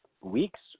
weeks